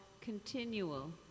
continual